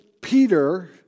Peter